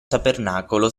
tabernacolo